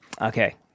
Okay